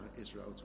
Israel